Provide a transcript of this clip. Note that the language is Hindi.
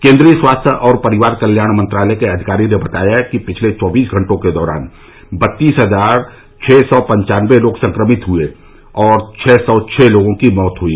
केंद्रीय स्वास्थ्य और परिवार कल्याण मंत्रालय के अधिकारी ने बताया कि पिछले चौबीस घंटों के दौरान बत्तीस हजार छः सौ पन्वानबे लोग संक्रमित हुए और छः सौ छः लोगों की मौत हुई